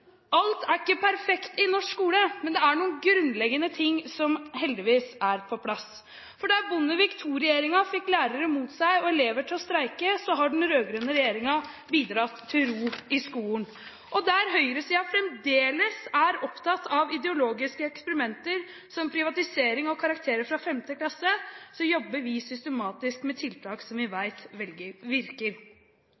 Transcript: Alt er ikke perfekt i norsk skole, men det er noen grunnleggende ting som heldigvis er på plass. For da Bondevik II-regjeringen fikk lærerne mot seg og elever til å streike, har den rød-grønne regjeringen bidratt til ro i skolen. Og der høyresiden fremdeles er opptatt av ideologiske eksperimenter som privatisering og karakterer fra 5. klasse, jobber vi systematisk med tiltak som vi